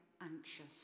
anxious